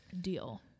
Deal